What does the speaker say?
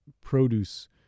produce